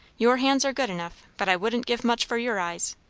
your hands are good enough, but i wouldn't give much for your eyes.